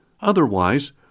Otherwise